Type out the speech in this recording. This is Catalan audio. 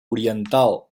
oriental